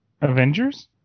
Avengers